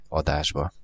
adásba